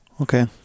Okay